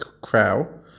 crow